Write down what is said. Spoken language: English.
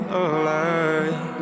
alive